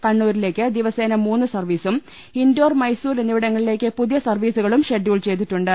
കണ്ണൂരിലേക്ക് ദിവസേന മൂന്ന് സർവീ സും ഇൻഡോർ മൈസൂര് എന്നിവിടങ്ങളിലേക്ക് പുതിയ സർവീ സുകളും ഷെഡ്യൂൾ ചെയ്തിട്ടുണ്ട്